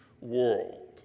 world